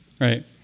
right